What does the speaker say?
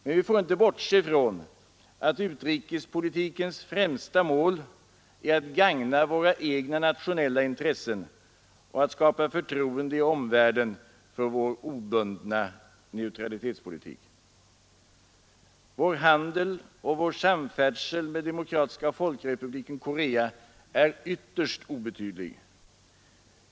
Men vi får inte bortse från att utrikespolitikens främsta mål är att gagna våra egna nationella intressen och att skapa förtroende i omvärlden för vår obundna neutralitetspolitik. Vår handel och samfärdsel med Demokratiska folkrepubliken Korea är ytterst obetydlig.